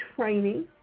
training